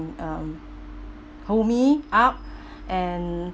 um pull me up and